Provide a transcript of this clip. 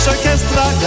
Orchestra